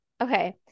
Okay